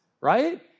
right